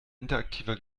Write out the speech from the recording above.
interaktiver